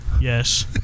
Yes